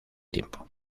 tiempo